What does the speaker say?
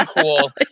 cool